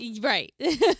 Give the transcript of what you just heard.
right